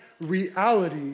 reality